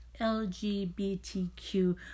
LGBTQ